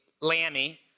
Lammy